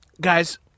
guys